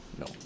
No